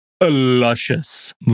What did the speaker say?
luscious